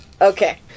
Okay